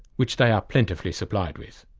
which they are plentifully supplied with.